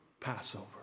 Passover